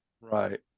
Right